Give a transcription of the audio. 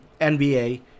NBA